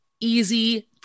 Easy